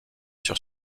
sur